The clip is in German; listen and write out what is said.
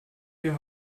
wir